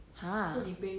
ha